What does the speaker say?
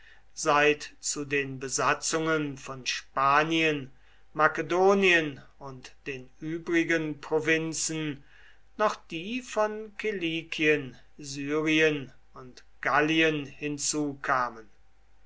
seit zu den besatzungen von spanien makedonien und den übrigen provinzen noch die von kilikien syrien und gallien